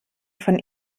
von